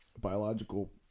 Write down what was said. biological